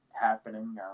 happening